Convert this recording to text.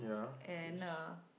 and a